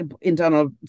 internal